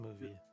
movie